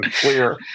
clear